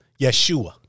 Yeshua